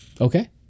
Okay